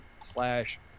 slash